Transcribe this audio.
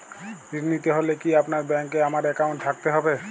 ঋণ নিতে হলে কি আপনার ব্যাংক এ আমার অ্যাকাউন্ট থাকতে হবে?